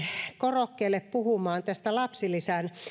korokkeelle puhumaan lapsilisän